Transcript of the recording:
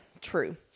true